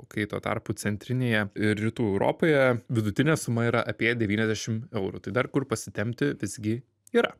kai tuo tarpu centrinėje ir rytų europoje vidutinė suma yra apie devyniasdešim eurų tai dar kur pasitempti visgi yra